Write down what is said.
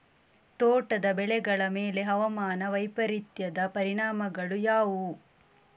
ತೋಟದ ಬೆಳೆಗಳ ಮೇಲೆ ಹವಾಮಾನ ವೈಪರೀತ್ಯದ ಪರಿಣಾಮಗಳು ಯಾವುವು?